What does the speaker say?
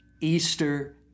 Easter